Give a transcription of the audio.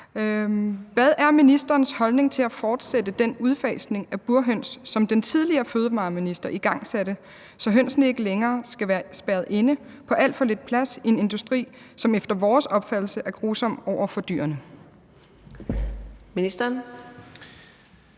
Hvad er ministerens holdning til at fortsætte den udfasning af burhøns, som den tidligere fødevareminister igangsatte, så hønsene ikke længere skal være spærret inde på alt for lidt plads i en industri, som efter vores opfattelse er grusom over for dyrene? Skriftlig